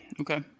okay